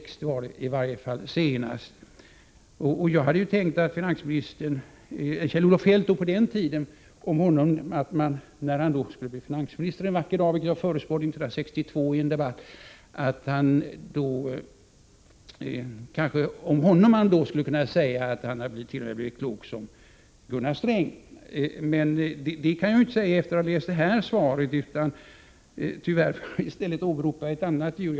Om Kjell-Olof Feldt sade man på den tiden att när han blev finansminister, vilket jag förutspådde 1962 i en debatt, skulle man kunna säga att han t.o.m. hade blivit klok som Gunnar Sträng. Det kan jag dock inte säga efter att ha läst det här svaret. Tyvärr måste jag i det här fallet åberopa ett annat djur.